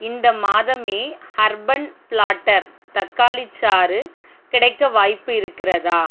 இந்த மாதமே urban platter தக்காளிச் சாறு கிடைக்க வாய்ப்பு இருக்கிறதா